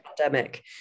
pandemic